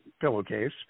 pillowcase